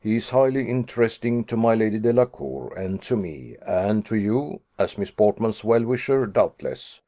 he is highly interesting to my lady delacour, and to me, and to you, as miss portman's well-wisher, doubtless.